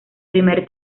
primer